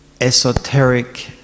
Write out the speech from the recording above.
esoteric